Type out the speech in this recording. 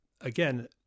again